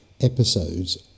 episodes